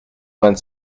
vingt